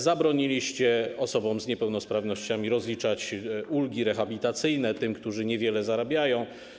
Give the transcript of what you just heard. Zabroniliście osobom z niepełnosprawnościami rozliczać ulgi rehabilitacyjne, tym, którzy niewiele zarabiają.